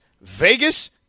Vegas